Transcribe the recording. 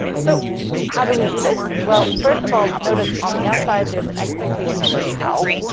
so how do we do this? well, first of all noted on the outside there's an expectation over tau.